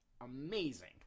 amazing